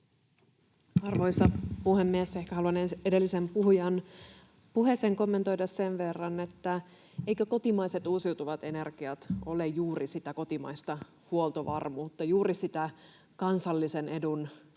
Arvoisa puhemies! Ehkä haluan ensin edellisen puhujan puheeseen kommentoida sen verran, että eivätkö kotimaiset uusiutuvat energiat ole juuri sitä kotimaista huoltovarmuutta, juuri sitä kansallisen edun, myös